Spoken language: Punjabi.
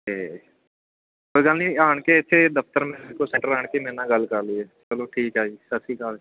ਅਤੇ ਕੋਈ ਗੱਲ ਨਹੀਂ ਆਣ ਕੇ ਇੱਥੇ ਦਫ਼ਤਰ ਮੇਰੇ ਕੋਲ ਸੈਂਟਰ ਆਣ ਕੇ ਮੇਰੇ ਨਾ ਗੱਲ ਕਰ ਲਿਓ ਚਲੋ ਠੀਕ ਆ ਜੀ ਸਤਿ ਸ਼੍ਰੀ ਅਕਾਲ